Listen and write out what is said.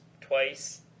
twice